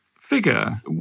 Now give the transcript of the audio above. figure